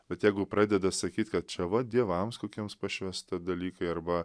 bet jeigu pradeda sakyt kad čia va dievams kokiems pašvęsta dalykai arba